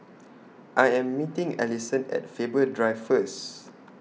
I Am meeting Ellison At Faber Drive First